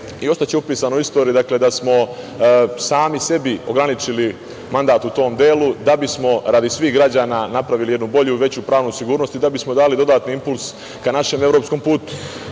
i ostaće upisano u istoriji da smo sami sebi ograničili mandat u tom delu da bismo radi svih građana napravili jednu bolju, veću pravnu sigurnosti i da bismo dali dodatni impuls našem evropskom putu. To